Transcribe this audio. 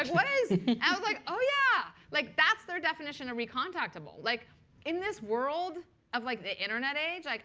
what is i was like, oh, yeah, like that's their definition of recontactable. like in this world of like the internet age, like